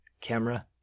camera